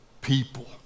people